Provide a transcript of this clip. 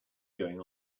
going